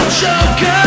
joker